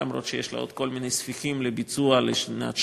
למרות שיש לה עוד כל מיני ספיחים לביצוע לשנת 2016,